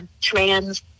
trans